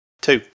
Two